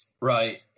right